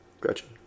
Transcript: Gretchen